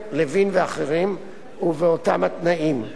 לוין ואחרים, ובאותם התנאים.